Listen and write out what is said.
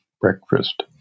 breakfast